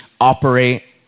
operate